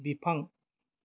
बिफां